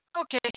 Okay